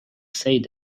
said